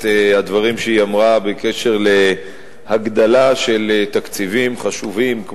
הדברים שהיא אמרה בקשר להגדלה של תקציבים חשובים,